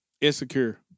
Insecure